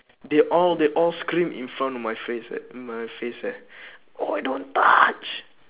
they all they all scream in front of my face eh my face eh !oi! don't touch